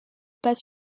pas